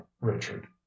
Richard